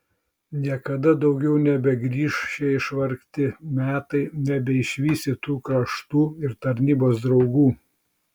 niekada daugiau nebegrįš šie išvargti metai nebeišvysi tų kraštų ir tarnybos draugų